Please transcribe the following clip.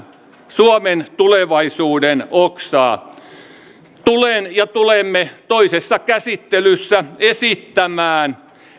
suomen tulevaisuuden oksaa tulen ja tulemme toisessa käsittelyssä esittämään